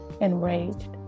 enraged